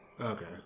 Okay